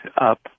up